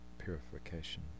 purification